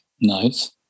Nice